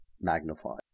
magnified